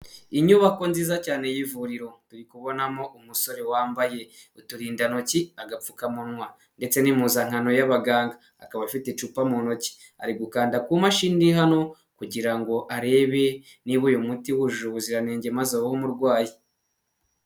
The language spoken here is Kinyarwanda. Inyubako nziza cyane y'ivuriro kuri kubonamo umusore wambaye uturindantoki, agapfukamunwa ndetse n'impuzankano y'abaganga akaba afite icupa mu ntoki ari gukanda ku mashini iri hano kugira ngo arebe niba uyu muti wujuje ubuziranenge maze awuhe umurwayi.